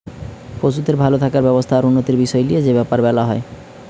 পশুদের ভাল থাকার ব্যবস্থা আর উন্নতির বিষয় লিয়ে যে বেপার বোলা হয়